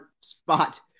spot